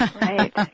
Right